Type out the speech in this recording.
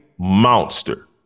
monster